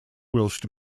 whilst